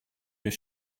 your